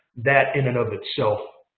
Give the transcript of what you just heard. that, in and of itself,